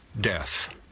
Death